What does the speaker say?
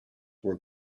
were